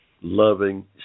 loving